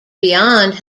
beyond